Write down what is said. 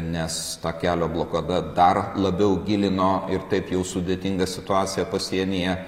nes ta kelio blokada dar labiau gilino ir taip jau sudėtingą situaciją pasienyje